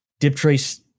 Diptrace